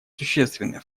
существенный